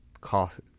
cost